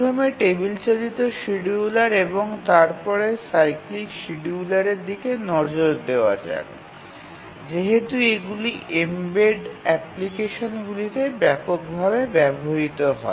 প্রথমে টেবিল চালিত শিডিয়ুলার এবং তারপরে সাইক্লিক শিডিয়ুলারের দিকে নজর দেওয়া যাক যেহেতু এগুলি এম্বেড অ্যাপ্লিকেশনগুলিতে ব্যাপকভাবে ব্যবহৃত হয়